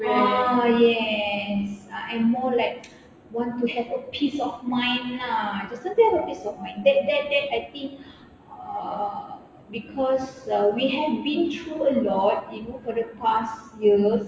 oh yes uh I'm more like want to have a peace of mind lah just want to have a peace of mind that that that I think uh because uh we have been through a lot you know for the past year